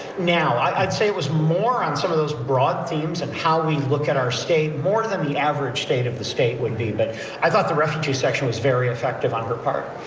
now i'd say it was more on some of those broad themes and how we look at our state more than the average state of the state would be but i thought the refugee section was very effective on her part.